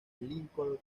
lincoln